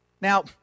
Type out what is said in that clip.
Now